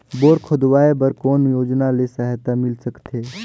Bore खोदवाय बर कौन योजना ले सहायता मिल सकथे?